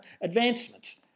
advancement